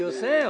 אני עושה.